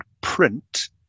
print